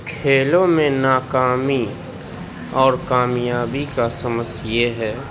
کھیلوں میں ناکامی اور کامیابی کا سمس یہ ہے